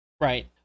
Right